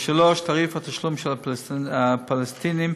תעריף התשלום של הפלסטינים